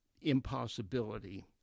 impossibility